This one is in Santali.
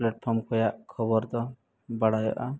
ᱠᱚ ᱨᱮᱭᱟᱜ ᱠᱷᱚᱵᱚᱨ ᱫᱚ ᱵᱟᱲᱟᱭᱚᱜᱼᱟ